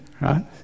right